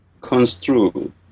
construed